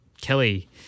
Kelly